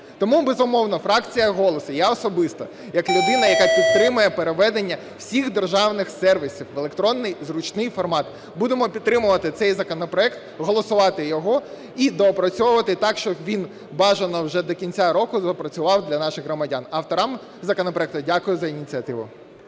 Тому, безумовно, фракція "Голос" і я особисто, як людина, яка підтримує переведення всіх державних сервісів в електронний зручний формат, будемо підтримувати цей законопроект, голосувати його і доопрацьовувати так, щоб він, бажано вже до кінця року, запрацював для наших громадян. Авторам законопроекту дякую за ініціативу.